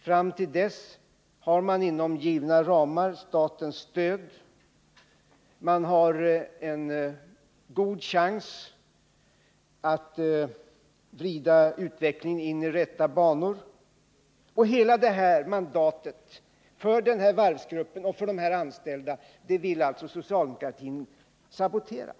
Fram till dess har man inom givna ramar statens stöd, och det ger en god chans att vrida utvecklingen in i rätta banor. Hela detta mandat för varvsgruppen och för de anställda vill alltså socialdemokratin sabotera.